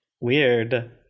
Weird